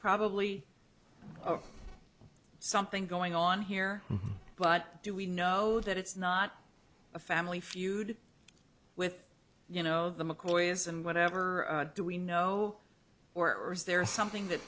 probably something going on here but do we know that it's not a family feud with you know the mccoys and whatever do we know or is there something that